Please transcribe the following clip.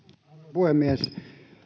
puhemies